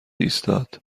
ایستاد